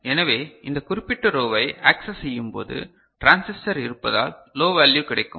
எனவே இந்த குறிப்பிட்ட ரோவை ஆக்சஸ் செய்யும்போது டிரான்சிஸ்டர் இருப்பதால் லோ வேல்யு கிடைக்கும